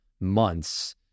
months